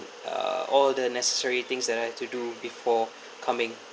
uh all the necessary things that are to do before coming